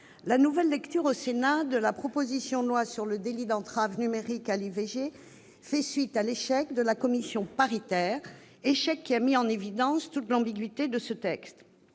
la nouvelle lecture au Sénat de la proposition de loi sur le délit d'entrave numérique à l'IVG fait suite à l'échec de la commission paritaire, échec qui a mis en évidence toute l'ambiguïté de ce texte.